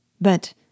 But